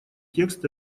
текст